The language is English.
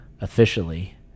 officially